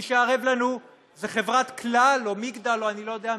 מי שערב לנו זה חברת כלל או מגדל או אני לא יודע מי,